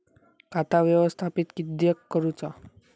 खाता व्यवस्थापित किद्यक करुचा?